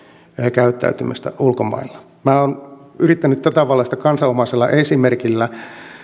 käyttäytymistä ulkomailla minä olen yrittänyt tätä valaista kansanomaisella esimerkillä